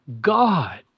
God